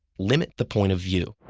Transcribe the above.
limit the point of view.